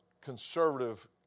conservative